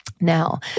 Now